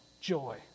joy